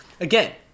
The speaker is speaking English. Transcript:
Again